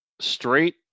Straight